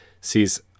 sees